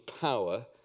power